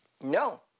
No